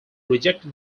rejected